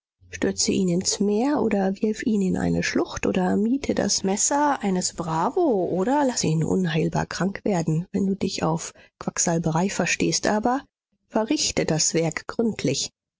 stürze ihn ins meer oder wirf ihn in eine schlucht oder miete das messer eines bravo oder laß ihn unheilbar krank werden wenn du dich auf quacksalberei verstehst aber verrichte das werk gründlich